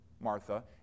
Martha